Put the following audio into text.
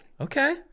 Okay